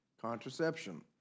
contraception